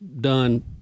done